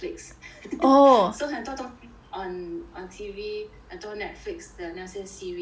so 很多东西 on on T_V 很多 Netflix 的那些 series